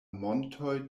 montoj